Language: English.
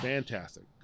Fantastic